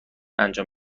انجام